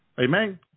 Amen